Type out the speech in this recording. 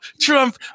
Trump